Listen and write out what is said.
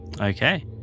Okay